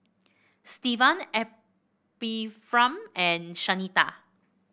Stevan Ephraim and Shanita